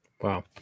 Wow